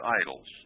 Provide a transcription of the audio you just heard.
idols